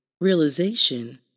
realization